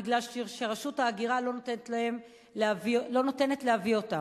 מפני שרשות ההגירה לא נותנת להביא אותם.